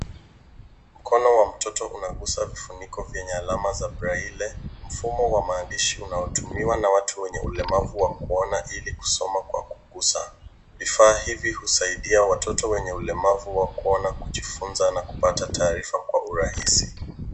Mkono wa mtoto unaguza vifuniko vyenye alama za braile mfumu wa maandishi unaotumiwa na watu wa ulemavu wa kuona ili kusoma kwa kugusa. Vifaa hivi husaida watoto wenye ulemavu wa kuona kujifunza na kuopata tarifa kwa urahisi.